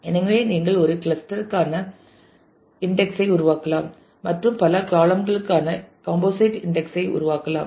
எனவே நீங்கள் ஒரு கிளஸ்டருக்கான இன்டெக்ஸ் ஐ உருவாக்கலாம் மற்றும் பல காளம்களுக்கான காம்போசைட் இன்டெக்ஸ் ஐ உருவாக்கலாம்